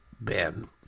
Ben